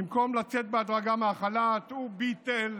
במקום לצאת בהדרגה מהחל"ת, הוא ביטל